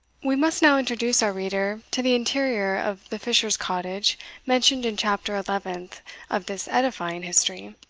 we must now introduce our reader to the interior of the fisher's cottage mentioned in chapter eleventh of this edifying history.